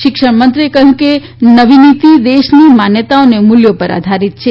શિક્ષણમંત્રી એ કહ્યું કે નવી નીતી દેશની માન્યતાઓ અને મૂલ્યો પર આધારીત છે